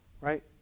Right